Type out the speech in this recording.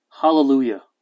Hallelujah